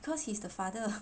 cause he's the father